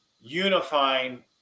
unifying